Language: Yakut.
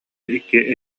икки